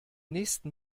nächsten